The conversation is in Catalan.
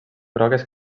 grogues